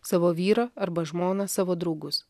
savo vyrą arba žmoną savo draugus